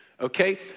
Okay